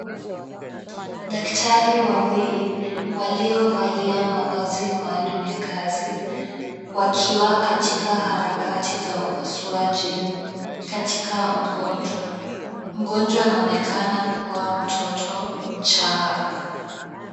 Daktari wawili waliovalia mavazi maalum ya kazi wakiwa katika harakati za upasuaji katika mgonjwa. Mgonjwa anaonekana kuwa mtoto mchanga.